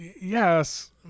yes